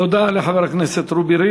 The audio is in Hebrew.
תודה לחבר הכנסת